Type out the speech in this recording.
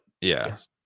Yes